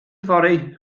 fory